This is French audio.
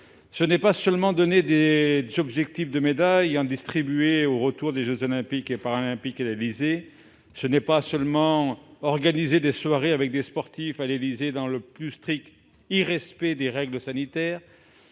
ce n'est pas seulement donner des objectifs de médailles, en distribuer au retour des jeux Olympiques et Paralympiques, organiser des soirées avec des sportifs à l'Élysée, dans le plus strict irrespect des règles sanitaires,